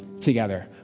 together